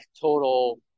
total